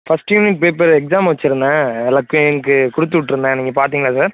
first unit paper exam வச்சிருந்தேன் எல்லாத்தையும் இன்னைக்கி கொடுத்துவுட்ருந்தேன் நீங்கள் பார்த்தீங்களா சார்